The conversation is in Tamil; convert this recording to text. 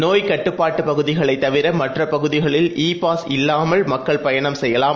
நோய்கட்டுப்பாட்டுபகுதிகளைத்தவிரமற்றபகுதிகளில்இ பாஸ்இல்லாமல் மக்கள்பயணம்செய்யலாம்